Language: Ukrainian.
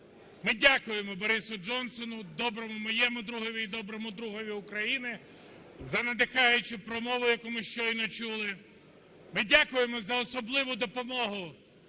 Ми дякуємо Борису Джонсону, доброму моєму другові і доброму другові України, за надихаючу промову, яку ми щойно чули. Ми дякуємо за особливу допомогу